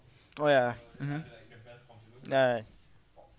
oh ya mmhmm ya